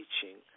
teaching